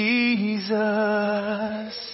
Jesus